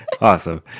Awesome